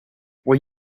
when